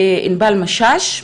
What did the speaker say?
עינבל משש,